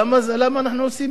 למה אנחנו עושים את זה?